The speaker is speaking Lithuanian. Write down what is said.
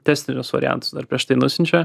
testinius variantus dar prieš tai nusiunčia